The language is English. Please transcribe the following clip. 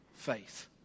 faith